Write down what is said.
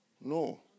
No